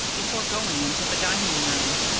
before going into the dining-room.